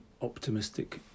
optimistic